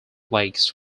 lakes